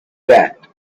that